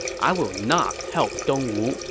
i will not help dongwu,